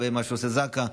מה שעושה זק"א,